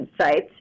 sites